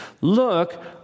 Look